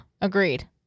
agreed